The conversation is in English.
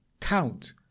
count